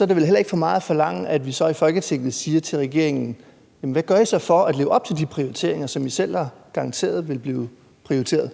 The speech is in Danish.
er det vel heller ikke for meget at forlange, at vi i Folketinget siger til regeringen: Hvad gør I så for at leve op til det, som I selv har garanteret vil blive prioriteret?